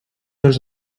els